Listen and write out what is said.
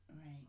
right